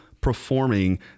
performing